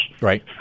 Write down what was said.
Right